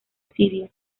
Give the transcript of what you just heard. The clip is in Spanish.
asiria